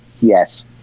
yes